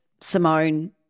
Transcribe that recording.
Simone